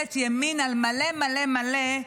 ממשלת ימין על מלא מלא מלא,